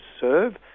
serve